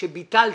אלה שביטלתם.